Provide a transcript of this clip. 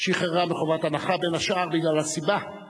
שחררה אותו מחובת הנחה, בין השאר בגלל שהעיריות